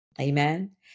Amen